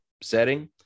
setting